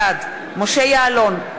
בעד משה יעלון,